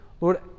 Lord